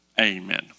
amen